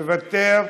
מוותר,